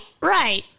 right